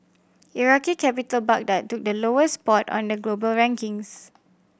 Iraqi capital Baghdad took the lowest spot on the global rankings